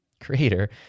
creator